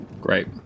Great